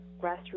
Grassroots